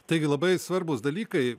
taigi labai svarbūs dalykai